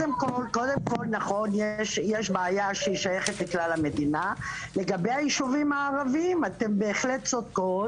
יש בעיה שהיא שייכת לכל המדינה לגבי היישובים הערביים אתם בהחלט צודקת